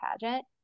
pageant